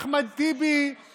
אחמד דיבר איתם בדולרים.